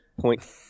point